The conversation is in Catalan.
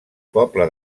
poble